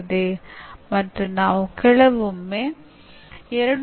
ಇದರರ್ಥ ನೀವು ಕೇವಲ ಮಾಹಿತಿಯನ್ನು ಸಂಗ್ರಹಿಸಿದರೆ ಅದು ಕಲಿಕೆಗೆ ಸಮಾನಾರ್ಥಕವಾಗಲ್ಲ